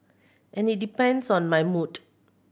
and it depends on my mood